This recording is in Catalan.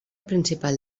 principal